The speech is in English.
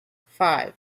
five